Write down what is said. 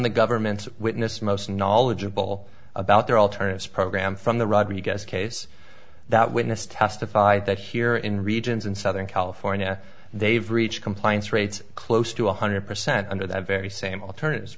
the government's witness most knowledgeable about alternatives program from the rodriguez case that witness testified that here in regions in southern california they've reach compliance rates close to one hundred percent under that very same alternatives